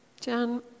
Jan